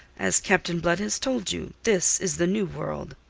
as captain blood has told you, this is the new world.